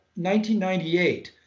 1998